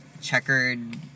checkered